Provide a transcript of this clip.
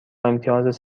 امتیاز